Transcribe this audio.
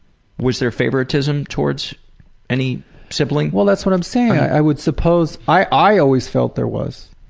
was there favoritism towards any sibling? well that's what i'm saying. i would suppose i always felt there was.